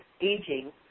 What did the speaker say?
Aging